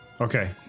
Okay